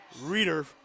Reader